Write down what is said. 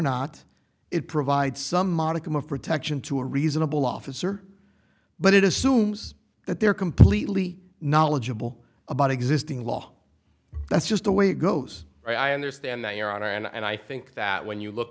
not it provides some modicum of protection to a reasonable officer but it assumes that they're completely knowledgeable about existing law that's just the way it goes i understand that you are and i think that when you look